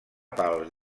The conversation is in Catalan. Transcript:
pals